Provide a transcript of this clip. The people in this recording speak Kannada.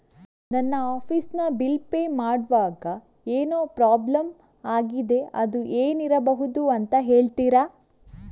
ನನ್ನ ಆಫೀಸ್ ನ ಬಿಲ್ ಪೇ ಮಾಡ್ವಾಗ ಏನೋ ಪ್ರಾಬ್ಲಮ್ ಆಗಿದೆ ಅದು ಏನಿರಬಹುದು ಅಂತ ಹೇಳ್ತೀರಾ?